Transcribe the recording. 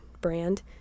Brand